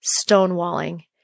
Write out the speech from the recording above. stonewalling